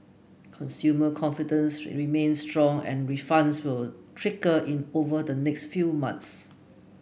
consumer confidence remains strong and refunds will trickle in over the next few months